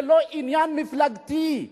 זה לא עניין מפלגתי,